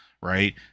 Right